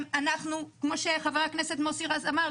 שכמו שחבר הכנסת מוסי רז אמר,